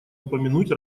упомянуть